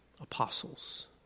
apostles